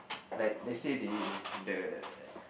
like let's say they the